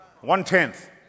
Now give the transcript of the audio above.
One-tenth